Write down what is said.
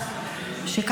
היו"ר.